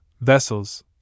vessels